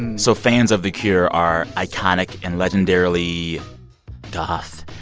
so fans of the cure are iconic and legendarily goth.